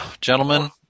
gentlemen